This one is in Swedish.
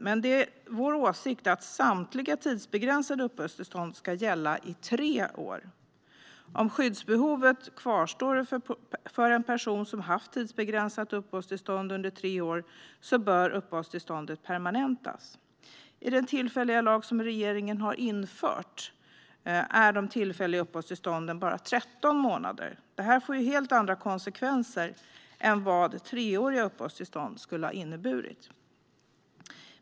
Men det är vår åsikt att samtliga tidsbegränsade uppehållstillstånd ska gälla i tre år. Om skyddsbehovet kvarstår för en person som haft tidsbegränsat uppehållstillstånd under tre år bör uppehållstillståndet permanentas. I den tillfälliga lag som regeringen har infört är de tillfälliga uppehållstillstånden bara 13 månader. Det får helt andra konsekvenser än vad treåriga uppehållstillstånd skulle ha inneburit.